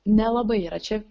nelabai yra čia